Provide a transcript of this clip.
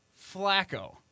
Flacco